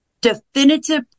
definitive